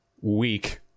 week